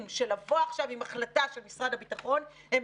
של לבוא עכשיו עם החלטה של משרד הביטחון הם